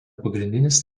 pagrindinis